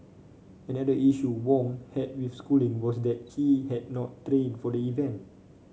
another issue Wong had with schooling was that he had not trained for the event